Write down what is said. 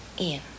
Ian